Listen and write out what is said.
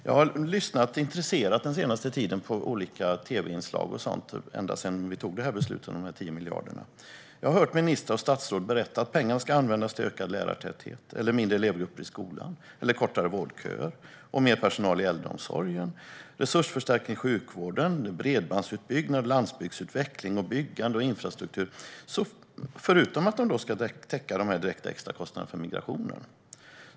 Jag har lyssnat intresserat på olika tv-inslag ända sedan vi fattade beslutet om de 10 miljarderna. Jag har hört ministrar och statsråd berätta att pengarna ska användas till ökad lärartäthet, mindre elevgrupper i skolan, kortare vårdköer, mer personal i äldreomsorgen, resursförstärkning i sjukvården, bredbandsutbyggnad, landsbygdsutveckling, byggande och infrastruktur, förutom att de ska täcka de extra kostnaderna för migrationen.